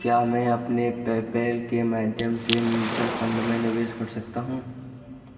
क्या मैं अपने पेपैल माध्यम से म्युचुअल फ़ंड में निवेश कर सकता हूँ